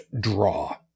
draw